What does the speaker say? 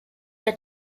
der